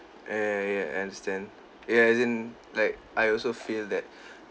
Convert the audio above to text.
uh yeah yeah yeah I understand ya as in like I also feel that